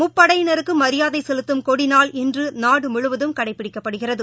முப்படையினருக்கு மரியாதை செலுத்தும் கொடுநாள் இன்று நாடு முழுவதும் கடைபிடிக்கப்படுகிறது